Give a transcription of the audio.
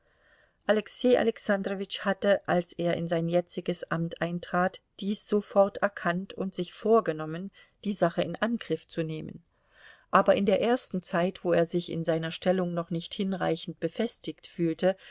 alexei alexandrowitsch hatte als er in sein jetziges amt eintrat dies sofort erkannt und sich vorgenommen die sache in angriff zu nehmen aber in der ersten zeit wo er sich in seiner stellung noch nicht hinreichend befestigt fühlte